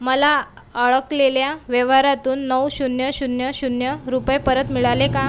मला अडकलेल्या व्यवारातून नऊ शून्य शून्य शून्य रुपये परत मिळाले का